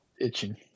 Itching